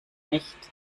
nicht